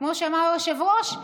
כמו שאמר היושב-ראש,